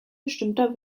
bestimmter